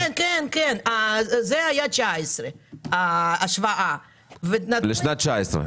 כן, ההשוואה היתה לשנת 19'. לשנת 19'?